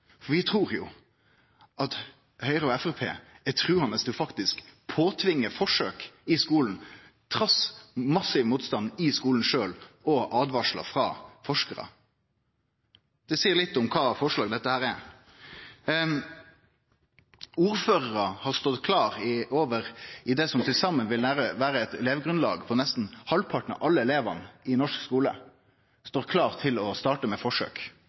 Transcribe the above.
Vi trur at Høgre og Framstegspartiet er truande til faktisk å tvinge forsøk på skulen trass massiv motstand i skulen sjølv og åtvaringar frå forskarar. Det seier litt om kva slags forslag dette er. Ordførarar for det som til saman vil utgjere eit elevgrunnlag på nesten halvparten av alle elevane i norsk skule, står klare til å starte med forsøk.